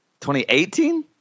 2018